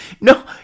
No